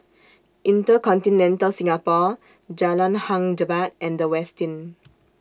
InterContinental Singapore Jalan Hang Jebat and The Westin